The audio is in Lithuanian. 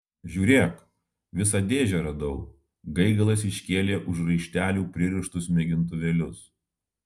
žiūrėk visą dėžę radau gaigalas iškėlė už raištelių pririštus mėgintuvėlius